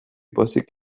pozik